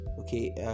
okay